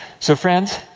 so, friends,